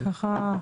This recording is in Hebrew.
כן?